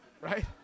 right